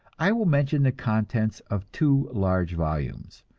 i will mention the contents of two large volumes,